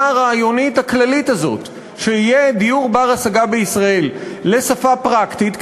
הרעיונית הכללית הזאת שיהיה דיור בר-השגה בישראל לשפה פרקטית,